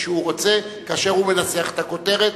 שהוא רוצה כאשר הוא מנסח את הכותרת,